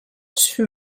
too